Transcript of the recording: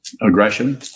aggression